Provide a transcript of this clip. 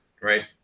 right